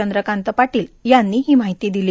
चंद्रकांत पांटील यांनी री माहिती दिली